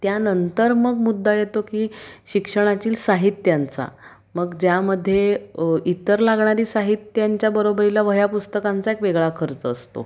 त्यानंतर मग मुद्दा येतो की शिक्षणातील साहित्यांचा मग ज्यामध्ये इतर लागणारी साहित्यांच्या बरोबरीला वह्या पुस्तकांचा एक वेगळा खर्च असतो